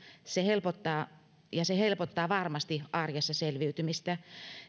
ja se helpottaa varmasti arjessa selviytymistä